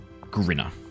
Grinner